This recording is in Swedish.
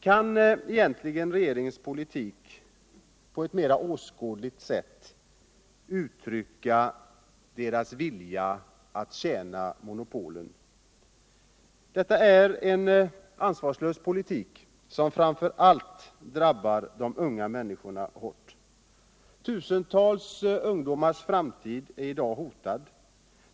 Kan egentligen regeringens politik på ett mer åskådligt sätt uttrycka regeringens vilja att tjäna monopolen? Detta är en ansvarslös politik, som framför allt drabbar de unga människorna hårt. Tusentals ungdomars framtid är i dag hotad.